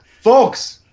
Folks